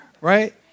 Right